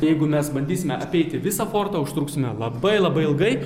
jeigu mes bandysime apeiti visą fortą užtruksime labai labai ilgai